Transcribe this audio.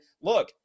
look